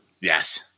Yes